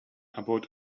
about